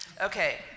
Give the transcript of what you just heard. Okay